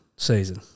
Season